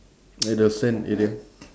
at the sand area